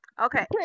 Okay